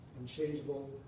unchangeable